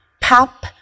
Pop